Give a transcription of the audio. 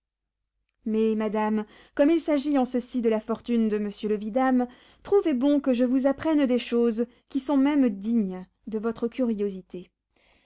mais madame comme il s'agit en ceci de la fortune de monsieur le vidame trouvez bon que je vous apprenne des choses qui sont même dignes de votre curiosité